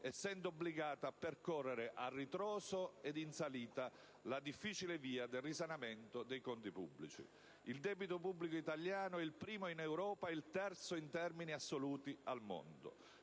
essendo obbligata a percorrere, a ritroso ed in salita, la difficile via del risanamento dei conti pubblici. Il debito pubblico italiano è il primo in Europa e il terzo in termini assoluti al mondo.